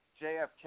JFK